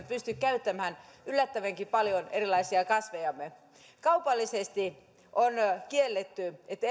pysty käyttämään yllättävän paljonkaan erilaisista kasveistamme kaupallisesti on kielletty että